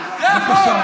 בבקשה,